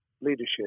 leadership